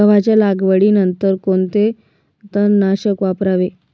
गव्हाच्या लागवडीनंतर कोणते तणनाशक वापरावे?